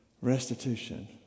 Restitution